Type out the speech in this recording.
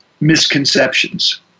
misconceptions